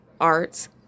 arts